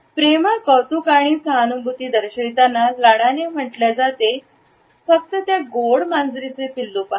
प्रेमळ कौतुक किंवा सहानुभूती दर्शविताना लाडाने म्हटल्या जाते फक्त त्या गोड मांजरीचे पिल्लू पहा